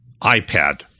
iPad